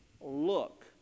look